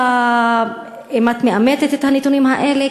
האם את מאמתת את הנתונים האלה?